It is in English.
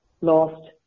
lost